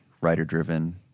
writer-driven